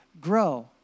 grow